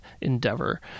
endeavor